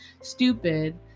stupid